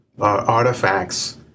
artifacts